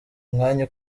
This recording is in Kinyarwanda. umwanya